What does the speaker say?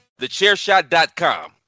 TheChairShot.com